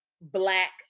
black